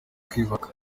kwibaruka